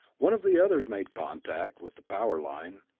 one of the others made contact with the power line,